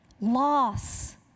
loss